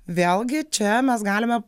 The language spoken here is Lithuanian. vėlgi čia mes galime